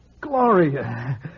Gloria